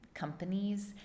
companies